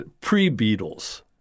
pre-Beatles